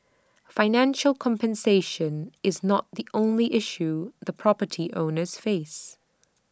financial compensation is not the only issue the property owners face